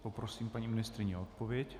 Poprosím paní ministryni o odpověď.